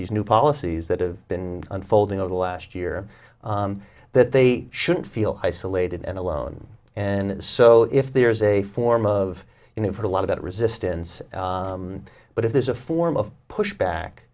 these new policies that have been unfolding over the last year that they shouldn't feel isolated and alone and so if there is a form of you know a lot of that resistance but if there's a form of push